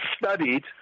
studied